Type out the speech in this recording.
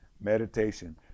meditation